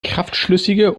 kraftschlüssige